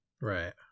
Right